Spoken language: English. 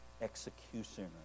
executioner